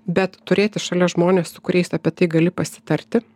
bet turėti šalia žmones su kuriais apie tai gali pasitarti